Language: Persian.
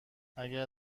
اگر